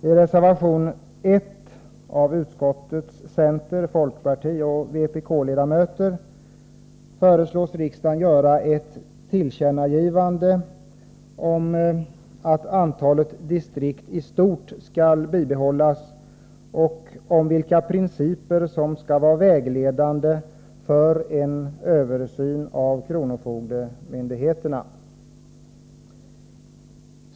I reservation 1 av utskottets center-, folkpartioch vpk-ledamöter föreslås riksdagen göra ett tillkännagivande om att antalet distrikt i stort skall bibehållas och om vilka principer som skall vara vägledande för en översyn av kronofogdemyndigheterna.